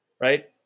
Right